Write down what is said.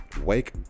wake